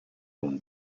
von